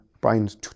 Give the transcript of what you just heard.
brains